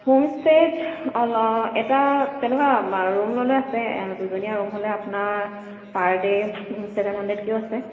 হোমইষ্টেত এটা তেনেকুৱা ৰূম লৈ লৈ আছে দুজনীয়া ৰূম হ'লে আপোনাৰ পাৰ ডে ছেভেন হাণ্ড্ৰেডকৈও আছে